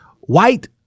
white